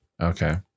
Okay